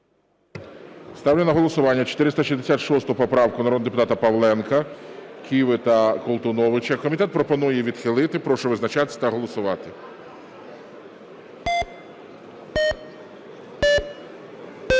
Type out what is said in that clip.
Ставлю на голосування 466 поправку народних депутатів Павленка, Киви та Колтуновича. Комітет пропонує її відхилити. Прошу визначатись та голосувати. 10:28:42